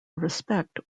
respect